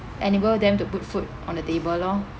enable them to put food on the table lor